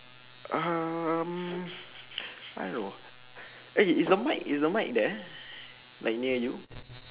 um I don't know eh is the mic is the mic there like near you